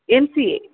MCA